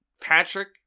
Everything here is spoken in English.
Patrick